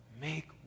Make